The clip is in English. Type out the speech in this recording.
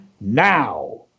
now